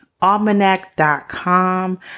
almanac.com